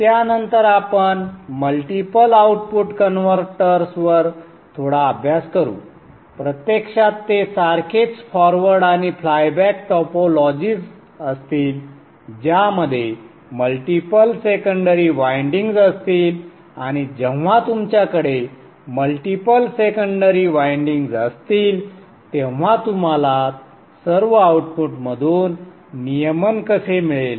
त्यानंतर आपण multiple output कन्व्हर्टर्सवर थोडा अभ्यास करू प्रत्यक्षात ते सारखेच फॉरवर्ड आणि फ्लायबॅक टोपोलॉजीज असतील ज्यामध्ये मल्टीपल सेकेंडरी वायंडिंग्ज असतील आणि जेव्हा तुमच्याकडे मल्टिपल सेकेंडरी वायंडिंग्ज असतील तेव्हा तुम्हाला सर्व आउटपुटमधून नियमन कसे मिळेल